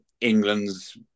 England's